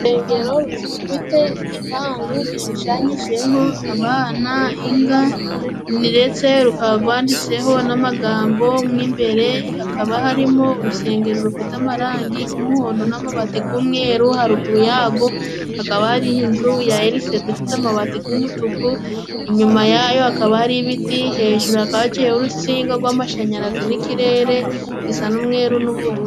Urusengero rufite igipangu gishushanyijeho abana, inga ndetse rukaba gwanditseho n'amagambo mo imbere hakaba harimo urusengero rufite amarangi g'umuhondo namabati g'umweru, haruguru yago akaba ari inzu ya elisede ifite amabati g'umutuku, inyuma yayo hakaba ari ibiti hejuru hakaba haciyeho urusinga rw'amashanyarazi n'ikirere gisana n'umweru n'ubururu.